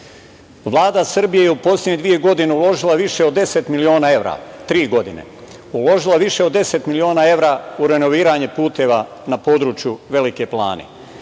Vlada Srbije je u poslednje tri godine uložila više od 10 miliona evra u renoviranje puteva na području Velike Plane.